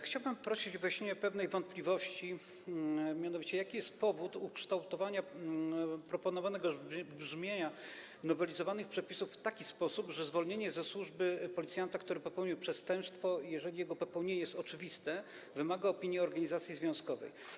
Chciałbym prosić o wyjaśnienie pewnej wątpliwości, mianowicie: Jaki jest powód ukształtowania proponowanego brzmienia nowelizowanych przepisów w taki sposób, że zwolnienie ze służby policjanta, który popełnił przestępstwo, jeżeli to popełnienie jest oczywiste, wymaga opinii organizacji związkowej?